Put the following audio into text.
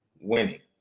winning